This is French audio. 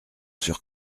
sur